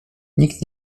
nikt